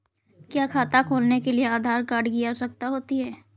क्या खाता खोलने के लिए आधार कार्ड की आवश्यकता होती है?